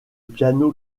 piano